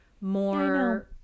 more